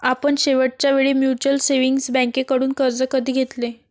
आपण शेवटच्या वेळी म्युच्युअल सेव्हिंग्ज बँकेकडून कर्ज कधी घेतले?